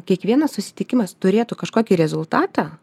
kiekvienas susitikimas turėtų kažkokį rezultatą